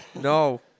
No